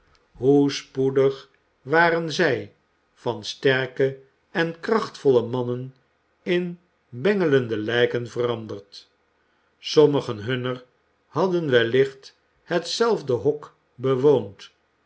hoe spoedig waren zij van sterke en krachtvolle mannen in bengelende lijken veranderd sommigen hunner hadden wellicht hetzelfde hok bewoond